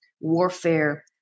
Warfare